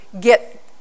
get